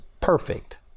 perfect